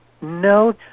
No